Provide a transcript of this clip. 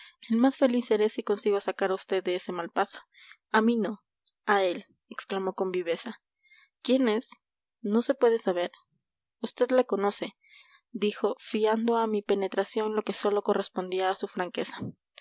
el más feliz seré si consigo sacar a vd de ese mal paso a mí no a él exclamó con viveza quién es no se puede saber vd le conoce dijo fiando a mi penetración lo que sólo correspondía a su franqueza